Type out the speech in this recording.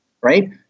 right